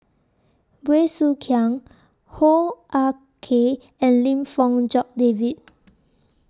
Bey Soo Khiang Hoo Ah Kay and Lim Fong Jock David